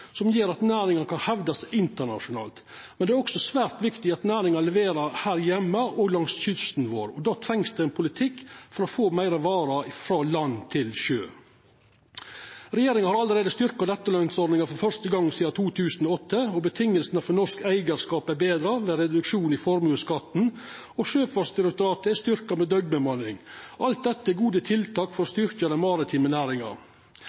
som gjer at næringa kan hevda seg internasjonalt. Men det er også svært viktig at næringa leverer her heime og langs kysten vår. Då trengst det ein politikk for å få fleire varer frå land til sjø. Regjeringa har allereie styrkt nettolønsordninga for første gong sidan 2008, vilkåra for norsk eigarskap er betra ved reduksjon i formuesskatten, og Sjøfartsdirektoratet er styrkt med døgnbemanning. Alt dette er gode tiltak for å styrkja den maritime næringa.